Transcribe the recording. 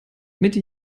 mitte